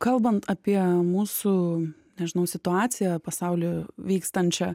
kalbant apie mūsų nežinau situaciją pasauly vykstančią